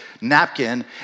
napkin